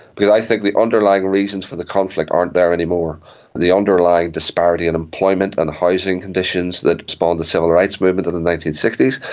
because i think the underlying reasons for the conflict aren't there anymore, and the underlying disparity in employment and housing conditions that spawned the civil rights movement of the nineteen sixty s,